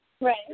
right